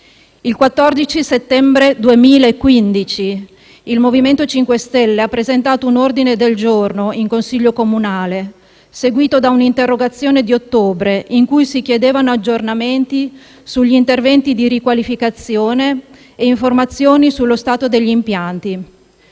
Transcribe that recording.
Il 14 settembre 2015, il MoVimento 5 Stelle ha presentato un ordine del giorno in Consiglio comunale, seguito da un'interrogazione di ottobre in cui si chiedevano aggiornamenti sugli interventi di riqualificazione e informazioni sullo stato degli impianti.